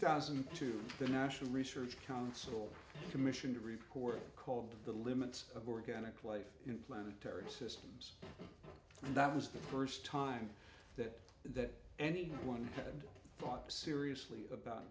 thousand and two the national research council commissioned a report called the limits of organic life in planetary systems and that was the first time that that anyone had thought seriously about